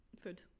Food